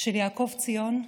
של יעקב ציון,